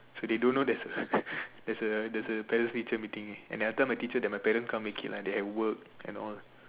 so they don't know there's a there's a there's a parents teacher meeting and I tell my teacher my parents can't make it lah they have work and all